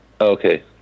Okay